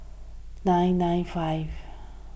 nine nine five